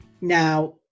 Now